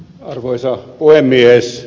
arvoisa puhemies